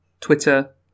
Twitter